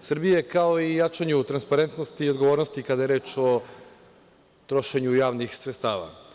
Srbije, kao i jačanju transparentnosti i odgovornosti, kada je reč o trošenju javnih sredstava.